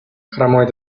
хромой